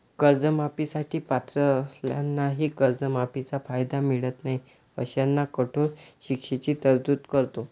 कर्जमाफी साठी पात्र असलेल्यांनाही कर्जमाफीचा कायदा मिळत नाही अशांना कठोर शिक्षेची तरतूद करतो